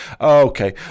Okay